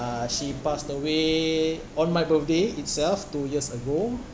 uh she passed away on my birthday itself two years ago